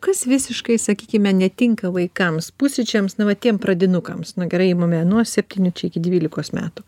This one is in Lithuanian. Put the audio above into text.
kas visiškai sakykime netinka vaikams pusryčiams nu va tiem pradinukams na gerai imame nuo septynių čia iki dvylikos metų